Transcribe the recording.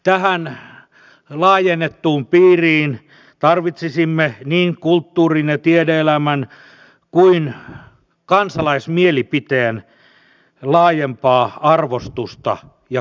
tähän laajennettuun piiriin tarvitsisimme niin kulttuurin ja tiede elämän kuin myös kansalaismielipiteen laajempaa arvostusta ja kuuntelua